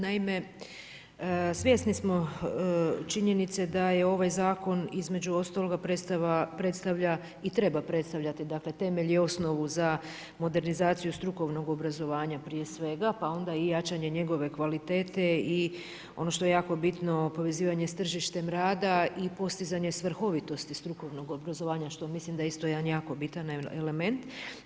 Naime, svjesni smo činjenice da je ovaj zakon između ostaloga predstavlja i treba predstavljati, dakle temelj i osnovu za modernizaciju strukovnog obrazovanja prije svega, pa onda i jačanje njegove kvalitete i ono što je jako bitno povezivanje sa tržištem rada i postizanje svrhovitosti strukovnog obrazovanja što ja mislim da je jedan jako bitan element.